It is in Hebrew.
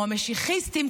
או המשיחיסטים,